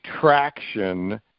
traction